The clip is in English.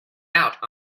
out